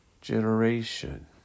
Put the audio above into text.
generation